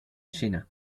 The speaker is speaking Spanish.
china